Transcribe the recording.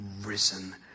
risen